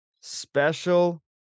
special